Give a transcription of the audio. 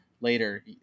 later